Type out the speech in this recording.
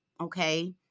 okay